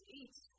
eat